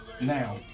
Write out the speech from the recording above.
Now